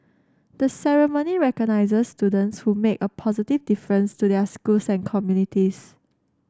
the ceremony recognises students who make a positive difference to their schools and communities